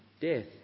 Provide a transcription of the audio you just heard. death